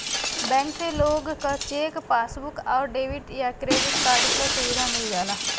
bank से लोग क चेक, पासबुक आउर डेबिट या क्रेडिट कार्ड क सुविधा मिल जाला